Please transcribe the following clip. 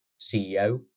CEO